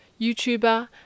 YouTuber